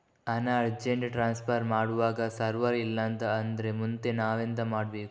ಹಣ urgent transfer ಮಾಡ್ವಾಗ server ಇಲ್ಲಾಂತ ಆದ್ರೆ ಮುಂದೆ ನಾವೆಂತ ಮಾಡ್ಬೇಕು?